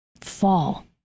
fall